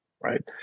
right